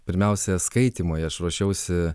pirmiausia skaitymui aš ruošiausi